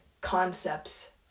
concepts